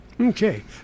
Okay